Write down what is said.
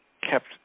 kept